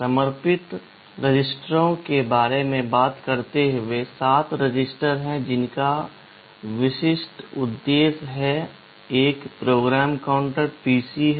समर्पित रजिस्टरों के बारे में बात करते हुए 7 रजिस्टर हैं जिनका विशिष्ट उद्देश्य है एक PC है